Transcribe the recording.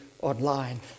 online